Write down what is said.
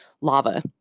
lava